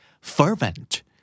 Fervent